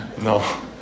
No